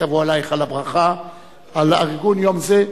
תבוא עלייך הברכה על ארגון יום זה.